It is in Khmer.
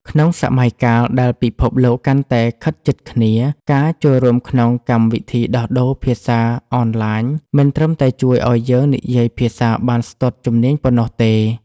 ក្នុងសម័យកាលដែលពិភពលោកកាន់តែខិតជិតគ្នា ការចូលរួមក្នុងកម្មវិធីដោះដូរភាសាអនឡាញ មិនត្រឹមតែជួយឱ្យយើងនិយាយភាសាបានស្ទាត់ជំនាញប៉ុណ្ណោះទេ។